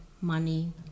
money